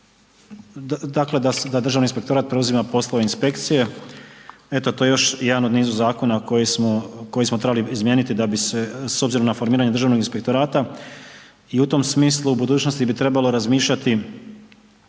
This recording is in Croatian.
dakle da Državni inspektorat preuzima poslove inspekcije eto to je još u nizu zakona koji smo trebali izmijeniti da bi se, s obzirom na formiranje Državnog inspektorata i u tom smislu u budućnosti bi trebalo razmišljati,